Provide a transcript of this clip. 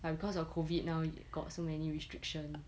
but because of COVID now got so many restriction